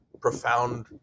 profound